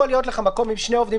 יכול להיות לך מקום עם שני עובדים,